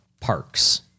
parks